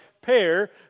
pair